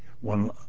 one